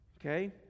Okay